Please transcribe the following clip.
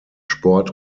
sport